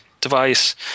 device